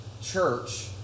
church